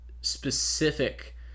specific